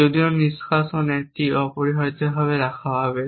যদিও নিষ্কাশন একটি অপরিহার্যভাবে রাখা হবে